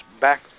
back